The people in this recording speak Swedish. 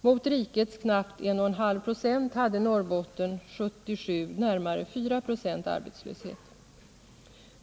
Mot rikets knappt 1,8 26 hade Norrbotten 1977 närmare 4 96 arbetslöshet.